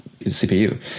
CPU